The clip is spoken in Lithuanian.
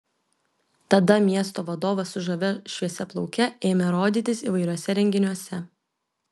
tada miesto vadovas su žavia šviesiaplauke ėmė rodytis įvairiuose renginiuose